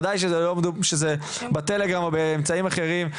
ודאי כשזה בטלגרם ובאמצעים אחרים.